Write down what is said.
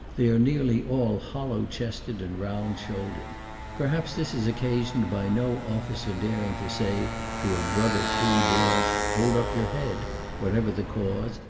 they are nearly all hollow chested and round shouldered perhaps this is occasioned by no officer daring to say to a brother free-born hold up your head whatever the cause,